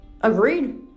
Agreed